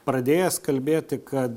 pradėjęs kalbėti kad